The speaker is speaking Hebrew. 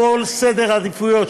כל סדר העדיפויות,